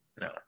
No